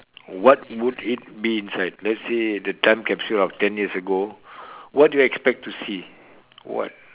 what would it be inside let's say the time capsule of ten years ago what do you expect to see what